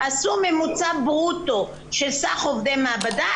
עשו ממוצע ברוטו של סך עובדי מעבדה,